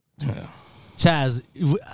Chaz